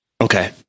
Okay